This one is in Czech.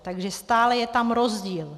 Takže stále je tam rozdíl.